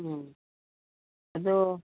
ꯎꯝ ꯑꯗꯨ